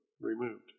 removed